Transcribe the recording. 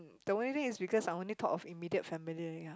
the only thing is because I only thought of immediate family only ya